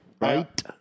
Right